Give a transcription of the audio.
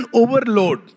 overload